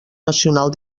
nacional